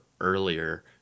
earlier